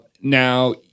now